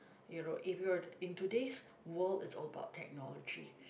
you know if you are in today's world it's all about technology